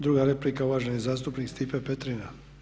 Druga replika, uvaženi zastupnik Stipe Petrina.